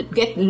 get